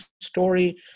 story